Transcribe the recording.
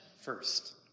first